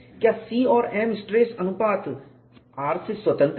क्या C और m stress अनुपात R से स्वतंत्र है